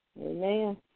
Amen